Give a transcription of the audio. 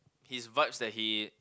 his vibes that he